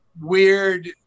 weird